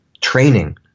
training